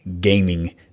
gaming